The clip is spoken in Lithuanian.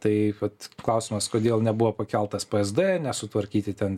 tai vat klausimas kodėl nebuvo pakeltas psd nesutvarkyti ten